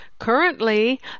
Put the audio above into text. Currently